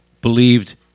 believed